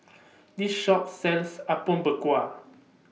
This Shop sells Apom Berkuah